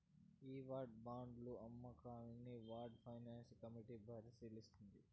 ఈ వార్ బాండ్ల అమ్మకాన్ని వార్ ఫైనాన్స్ కమిటీ పరిశీలిస్తుంది